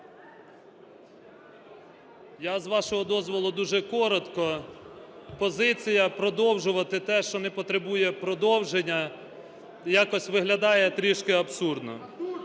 Я з вашого дозволу дуже коротко. Позиція продовжувати те, що не потребує продовження, якось виглядає трішки абсурдно.